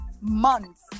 months